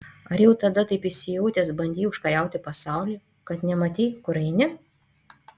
ar jau tada taip įsijautęs bandei užkariauti pasaulį kad nematei kur eini